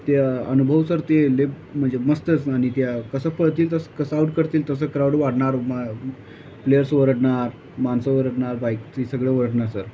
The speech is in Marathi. ते अनुभव सर ते लेप म्हणजे मस्तच आणि त्या कसं पळतील तसं कसं आऊट करतील तसं क्राऊड वाढणार म प्लेयर्स ओरडणार माणसं ओरडणार बाईक ती सगळं ओरडणार सर